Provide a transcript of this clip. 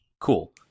cool